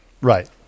Right